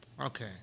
Okay